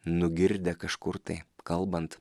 nugirdę kažkur tai kalbant